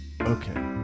Okay